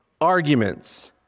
arguments